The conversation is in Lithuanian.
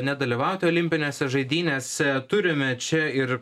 nedalyvauti olimpinėse žaidynėse turime čia ir